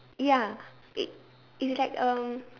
ya it it's like uh